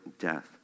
death